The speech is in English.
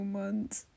months